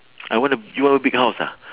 I want a you want big house ah